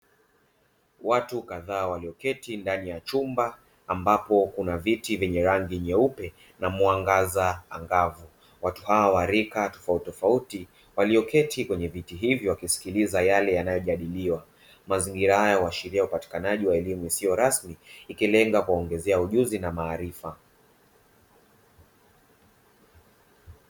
Watu kadhaa walioketi ndani ya chumba, ambako viti vingi ni vya rangi nyeupe na mwangaza ni angavu. Watu wa rika tofauti wameketi kwenye viti hivyo wakiwa wanasikiliza yale yanayojadiliwa. Mazingira haya yanaashiria upatikanaji wa elimu isiyo rasmi, ikilenga kuongeza ujuzi na maarifa.